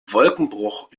wolkenbruch